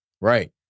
Right